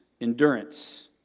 Endurance